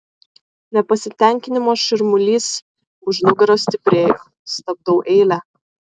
nepasitenkinimo šurmulys už nugaros stiprėjo stabdau eilę